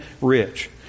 rich